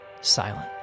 silent